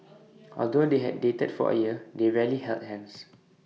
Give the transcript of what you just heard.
although they had dated for A year they rarely held hands